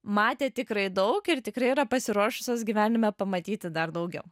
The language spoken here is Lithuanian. matė tikrai daug ir tikrai yra pasiruošusios gyvenime pamatyti dar daugiau